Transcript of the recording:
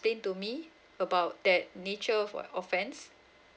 to me about that nature of offence